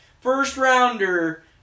first-rounder